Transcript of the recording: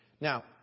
Now